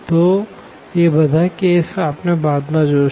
તો એ બધા કેસ આપણે બાદ માં જોશું